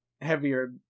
heavier